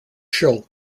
sheryl